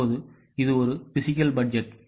இப்போது இது ஒரு பிஸிக்கல் பட்ஜெட்